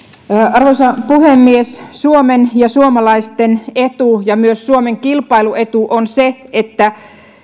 arvoisa puhemies suomen ja suomalaisten etu ja myös suomen kilpailuetu on se että